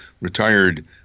retired